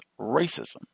racism